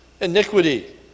iniquity